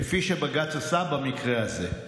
כפי שבג"ץ עשה במקרה הזה.